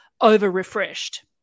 over-refreshed